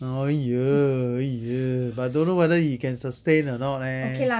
!eeyer! !eeyer! but don't know whether he can sustain or not leh